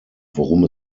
worum